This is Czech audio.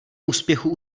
úspěchu